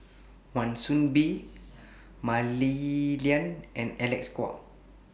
Wan Soon Bee Mah Li Lian and Alec Kuok